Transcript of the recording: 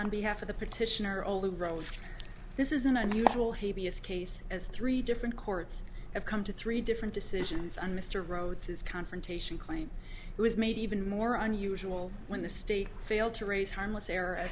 on behalf of the petitioner all the roles this is an unusual habeas case as three different courts have come to three different decisions on mr rhodes his confrontation claim was made even more unusual when the state failed to raise harmless er